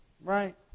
Right